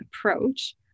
approach